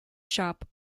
shop